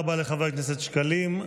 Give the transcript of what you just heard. תודה רבה לחבר הכנסת שקלים.